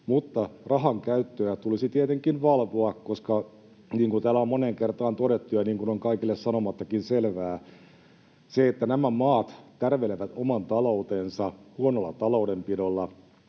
mutta rahankäyttöä tulisi tietenkin valvoa, koska — niin kuin täällä on moneen kertaan todettu ja niin kuin on kaikille sanomattakin selvää — se, että nämä maat tärvelevät oman taloutensa huonolla taloudenpidolla,